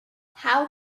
how